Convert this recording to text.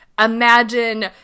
imagine